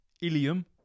Ilium